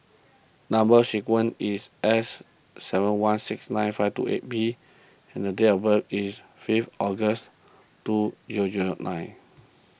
Number Sequence is S seven one six nine five two eight B and the date of birth is fifth August two zero zero nine